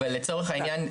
אז לצורך העניין,